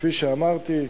כפי שאמרתי.